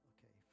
Okay